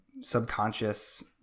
subconscious